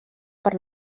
per